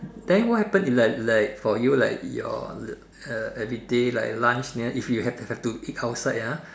then what happen if like like for you like your uh everyday like lunch near if you have have to eat outside ah